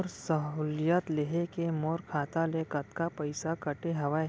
मोर सहुलियत लेहे के मोर खाता ले कतका पइसा कटे हवये?